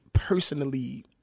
personally